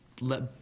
let